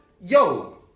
Yo